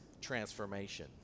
transformation